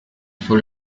full